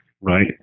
Right